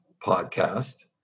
podcast